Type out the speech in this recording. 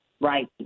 Right